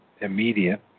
immediate